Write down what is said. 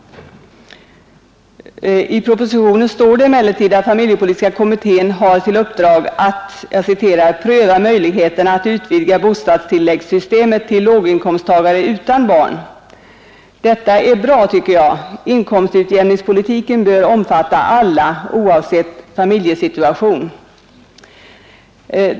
I propositionen heter det emellertid att familjepolitiska kommittén har till uppdrag att ”pröva möjligheterna att utvidga bostadstilläggssystemet till låginkomsttagare utan barn”. Detta är bra, tycker jag, inkomstutjämningspolitiken bör omfatta alla oavsett familjesituation.